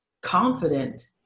confident